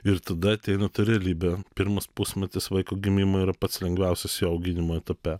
ir tada ateina ta realybė pirmas pusmetis vaiko gimimo yra pats lengviausias jo auginimo etape